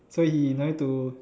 so he no need to